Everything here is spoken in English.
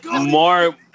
More